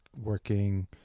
working